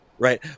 Right